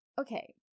Okay